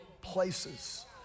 places